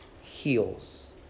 heals